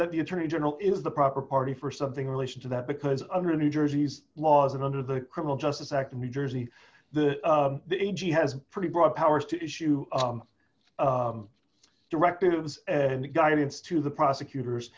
that the attorney general is the proper party for something relation to that because under new jersey's laws and under the criminal justice act in new jersey the a g has pretty broad powers to issue directives and guidance to the prosecutors